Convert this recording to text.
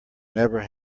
never